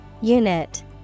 unit